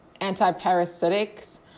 antiparasitics